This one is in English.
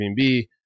Airbnb